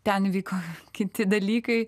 ten vyko kiti dalykai